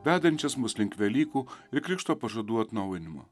vedančias mus link velykų ir krikšto pažadų atnaujinimo